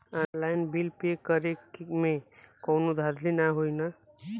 Online bill pay करे में कौनो धांधली ना होई ना?